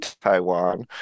Taiwan